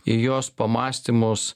į jos pamąstymus